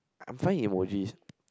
I find emoji